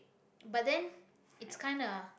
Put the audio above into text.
but then it's kinda